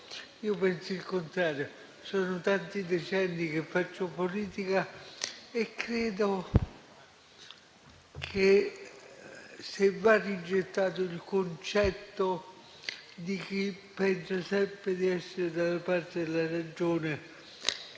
Io penso il contrario: sono tanti decenni che faccio politica e credo che, se va rigettato il concetto di chi pensa sempre di essere dalla parte della ragione